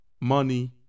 money